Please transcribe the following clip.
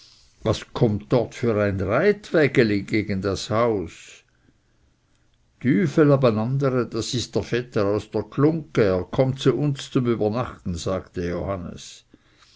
was kommt dort für ein reitwägeli gegen das haus tüfel abenandere das ist dr vetter us dr glungge er kommt zu uns zum übernachten sagte johannes